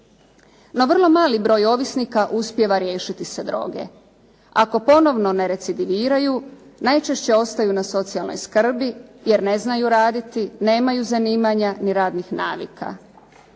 No, vrlo mali broj ovisnika uspijeva riješiti se droge. Ako ponovno ne recidiviraju najčešće ostaju na socijalnoj skrbi jer ne znaju raditi, nemaju zanimanja ni radnih navika.